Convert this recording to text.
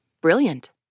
Brilliant